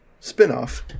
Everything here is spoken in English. Spinoff